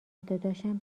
داداشم